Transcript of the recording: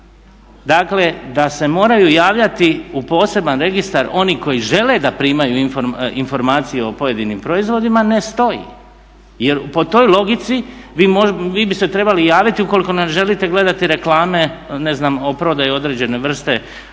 logika da se moraju javljati u poseban registar oni koji žele da primaju informacije o pojedinim proizvodima ne stoji jer po toj logici vi bi se trebali javiti ukoliko ne želite gledati reklame o prodaji određene vrste ulja,